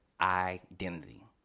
identity